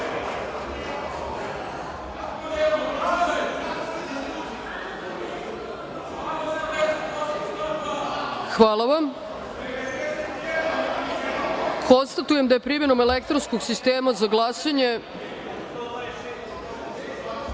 vam. Konstatujem da je, primenom elektronskog sistema za glasanje,